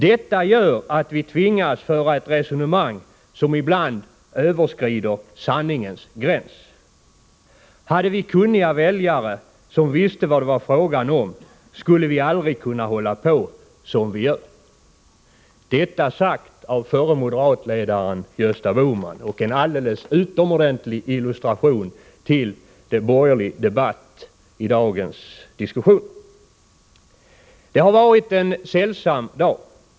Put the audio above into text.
Detta gör att vi tvingas föra ett resonemang, som ibland överskrider sanningens gräns. Hade vi kunniga väljare som visste vad det var fråga om, skulle vi aldrig kunna hålla på som vi gör.” Detta är alltså sagt av förre moderatledaren Gösta Bohman och utgör en alldeles utomordentlig illustration till de borgerliga anförandena i dagens diskussion. Det har varit en sällsam dag.